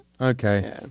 okay